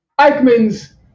Eichmann's